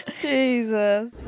Jesus